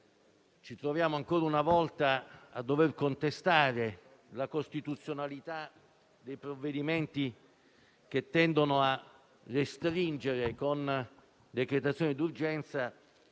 ci troviamo ancora una volta a dover contestare la costituzionalità dei provvedimenti che tendono a restringere, tramite il